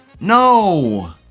No